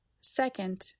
Second